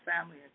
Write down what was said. family